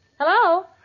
Hello